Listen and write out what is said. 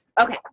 okay